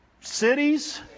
cities